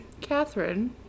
Catherine